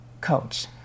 coach